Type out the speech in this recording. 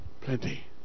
Plenty